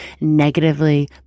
negatively